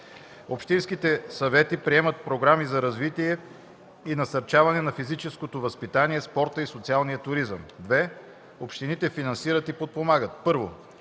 Общинските съвети приемат програми за развитие и насърчаване на физическото възпитание, спорта и социалния туризъм. (2) Общините финансират и подпомагат: